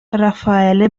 raffaele